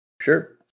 sure